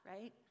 right